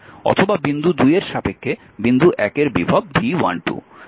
অথবা বিন্দু 2 এর সাপেক্ষে বিন্দু 1 এর বিভব V12